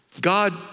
God